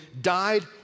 died